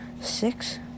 six